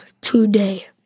today